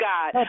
God